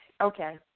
okay